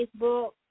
Facebook